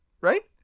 right